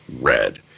red